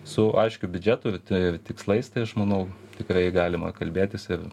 su aiškiu biudžetu ir ir tikslais tai aš manau tikrai galima kalbėtis ir